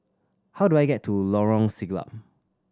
how do I get to Lorong Siglap